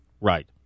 Right